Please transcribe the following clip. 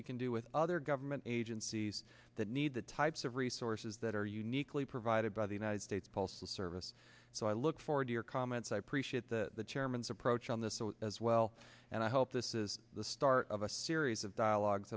we can do with other government agencies that need the types of resources that are uniquely provided by the united states postal service so i look forward to your comments i appreciate the chairman's approach on this so as well and i hope this is the start of a series of dialogues